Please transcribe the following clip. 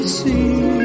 see